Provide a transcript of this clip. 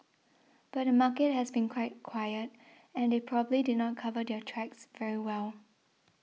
but the market has been quite quiet and they probably did not cover their tracks very well